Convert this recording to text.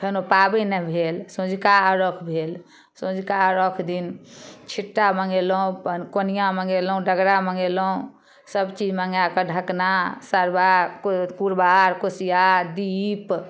फेन ओ पाबनि भेल सँझुका अर्घ भेल सँझुका अर्घ दिन छिट्टा मङ्गेलहुँ अपन कोनिया मङ्गेलहुँ डगरा मङ्गेलहुँ सब चीज मङ्गैकऽ ढकना सरबा कुरबार कुशियार दीप